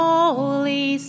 Holy